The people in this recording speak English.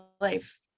life